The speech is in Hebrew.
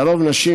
לרוב נשים,